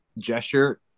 gesture